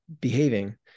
behaving